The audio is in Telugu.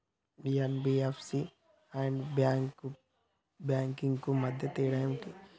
ఎన్.బి.ఎఫ్.సి అండ్ బ్యాంక్స్ కు మధ్య తేడా ఏంటిది?